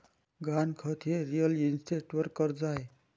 गहाणखत हे रिअल इस्टेटवर कर्ज आहे